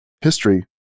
History